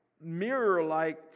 mirror-like